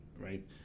right